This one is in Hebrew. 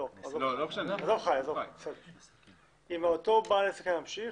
אם אותו בעל עסק היה ממשיך,